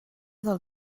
del